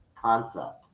concept